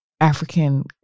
African